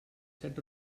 set